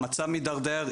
מהצב מתדרדר,